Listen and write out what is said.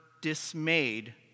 dismayed